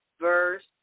Verse